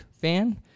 fan